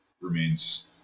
remains